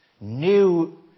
new